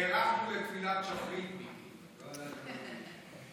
מספיק זמן לטפל בו בוועדה שהוקמה היום,